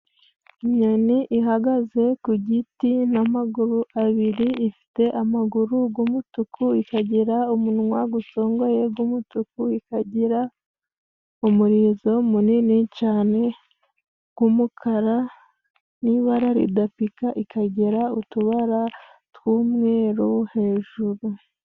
Inyoni ihagaze ku giti n'amaguru abiri. Ifite amaguru y'umutuku, ikagira umunwa usongoye w'umutuku, ikagira umurizo munini cyane w'umukara n'ibara ridapika, ikagira utubara tw'umweru hejuru.